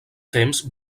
temps